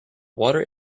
water